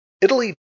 Italy